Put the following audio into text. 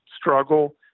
struggle